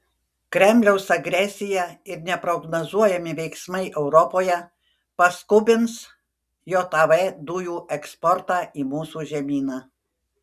kremliaus agresija ir neprognozuojami veiksmai europoje paskubins jav dujų eksportą į mūsų žemyną